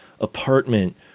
apartment